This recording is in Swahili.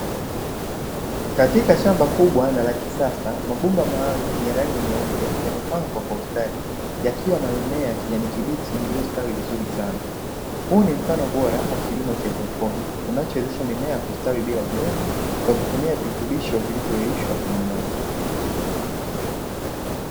Katika shamba kubwa na la kisasa mabomba maalumu ya rangi nyeupe yamepangwa kwa ustadi yakiwa na mimea ya kijani kibichi yaliyostawi vizuri sana, huu ni mfano bora wa kilimo cha haidroponi kinachowezesha mimea kustawi bila udongo kwa kutumia virutubisho vilivyoyeyushwa kwenye maji.